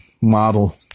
model